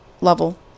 level